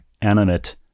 animate